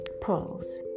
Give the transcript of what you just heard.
pearls